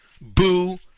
Boo